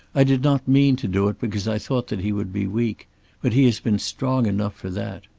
i did not mean to do it because i thought that he would be weak but he has been strong enough for that.